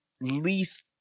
least